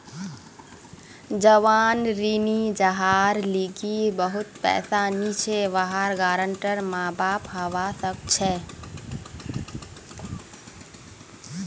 जवान ऋणी जहार लीगी बहुत पैसा नी छे वहार गारंटर माँ बाप हवा सक छे